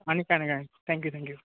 आणि काय नाही काय नाही थँक्यू थँक्यू